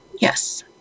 Yes